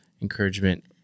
encouragement